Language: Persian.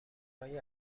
های